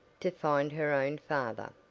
to find her own father,